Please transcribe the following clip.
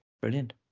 Brilliant